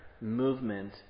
movement